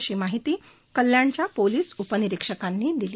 अशी माहिती कल्याणच्या पोलीस उपनिरिक्षकांनी दिली